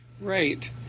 Right